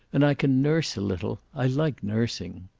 and i can nurse a little. i like nursing.